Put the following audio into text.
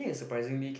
think it's surprisingly